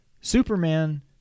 Superman